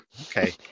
okay